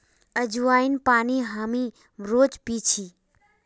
अज्वाइन पानी हामी रोज़ पी छी